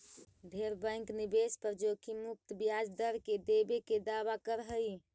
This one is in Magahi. ढेर बैंक निवेश पर जोखिम मुक्त ब्याज दर देबे के दावा कर हई